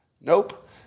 Nope